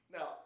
Now